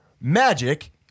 magic